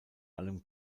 allem